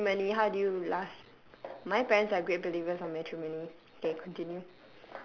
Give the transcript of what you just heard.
matrimony how do you last my parents are great believers of matrimony okay continue